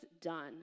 done